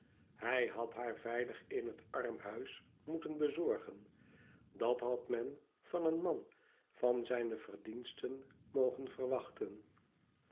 hij had haar veilig in het armhuis moeten bezorgen dat had men van een man van zijne verdiensten mogen verwachten